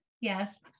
Yes